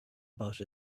about